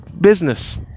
business